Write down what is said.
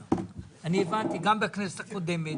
בוועדה וגם בכנסת הקודמת,